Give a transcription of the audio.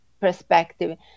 perspective